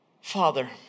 Father